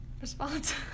response